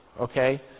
okay